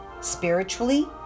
spiritually